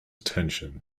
attention